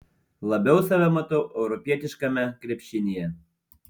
labiau save matau europietiškame krepšinyje